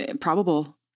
probable